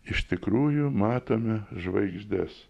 iš tikrųjų matome žvaigždes